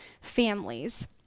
families